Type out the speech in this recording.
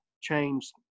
change